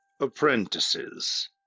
Apprentices